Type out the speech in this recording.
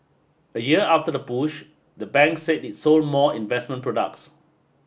a year after the push the bank said it sold more investment products